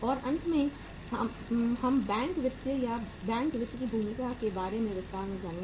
और अंत में हम बैंक वित्त की भूमिका के बारे में विस्तार से जानेंगे